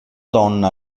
donna